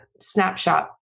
snapshot